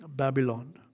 Babylon